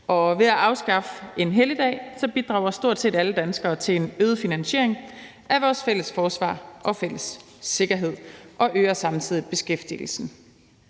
Ved at afskaffe en helligdag bidrager stort set alle danskere til en øget finansiering af vores fælles forsvar og fælles sikkerhed, og det øger samtidig beskæftigelsen.